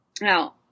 Now